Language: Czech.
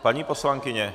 Paní poslankyně!